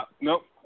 Nope